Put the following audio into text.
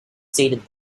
stated